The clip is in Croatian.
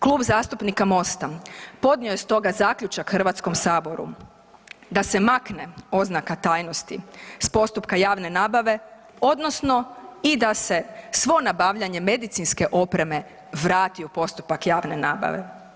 Klub zastupnika MOST-a podnio je stoga zaključak Hrvatskom saboru da se makne oznaka tajnosti sa postupka javne nabave, odnosno i da se svo nabavljanje medicinske opreme vrati u postupak javne nabave.